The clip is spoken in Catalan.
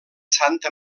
santa